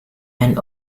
and